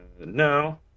no